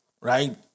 right